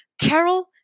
Carol